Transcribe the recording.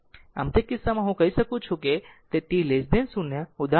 આમ તે કિસ્સામાં હું કહી શકું છું કે t 0 ઉદાહરણ તરીકે